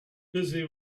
busy